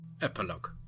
Epilogue